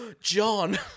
John